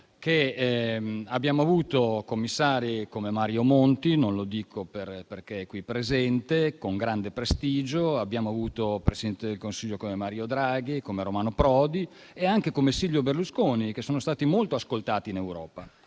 abbiamo avuto commissari come Mario Monti - non lo dico perché è qui presente - con grande prestigio; abbiamo avuto Presidenti del Consiglio, come Mario Draghi, come Romano Prodi e anche come Silvio Berlusconi, che sono stati molto ascoltati in Europa.